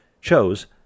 chose